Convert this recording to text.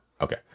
Okay